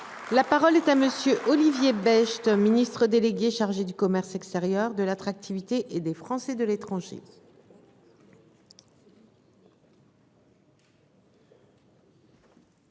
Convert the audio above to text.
La parole est à monsieur Olivier Becht. Ministre délégué chargé du commerce extérieur de l'attractivité et des Français de l'étranger.